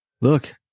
Look